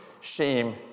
Shame